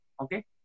okay